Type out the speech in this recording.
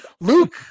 luke